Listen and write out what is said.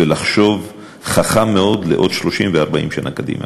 ולחשוב חכם מאוד 30 ו-40 שנה קדימה.